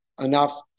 enough